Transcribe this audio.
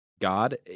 God